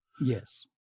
Yes